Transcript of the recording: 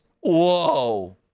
Whoa